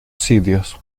sitios